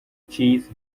cheese